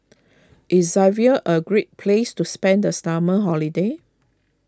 is Zambia a great place to spend the stomach holiday